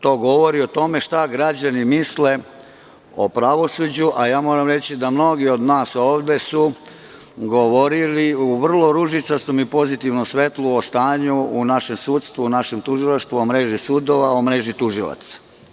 To govori o tome šta građani misle o pravosuđu, a ja moram reći da mnogi od nas ovde su govorili u vrlo ružičastom i pozitivnom svetlu o stanju u našem sudstvu, u našem tužilaštvu, o mreži sudova, o mreži tužilaca.